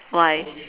why